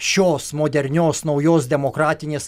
šios modernios naujos demokratinės